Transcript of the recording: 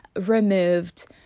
removed